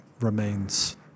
remains